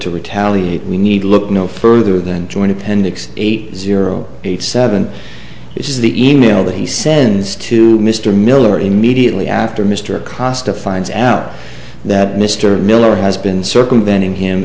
to retaliate we need look no further than joint appendix eight zero eight seven is the e mail that he sends to mr miller immediately after mr costin finds out that mr miller has been circumventing him